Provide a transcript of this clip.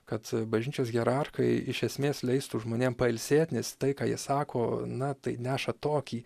kad bažnyčios hierarchai iš esmės leistų žmonėm pailsėt nes tai ką jie sako na tai neša tokį